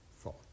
thought